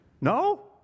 No